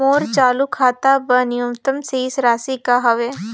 मोर चालू खाता बर न्यूनतम शेष राशि का हवे?